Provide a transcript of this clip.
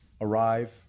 arrive